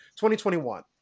2021